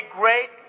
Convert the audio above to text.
great